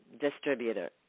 distributor